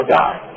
die